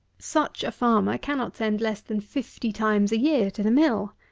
such a farmer cannot send less than fifty times a year to the mill.